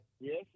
Yes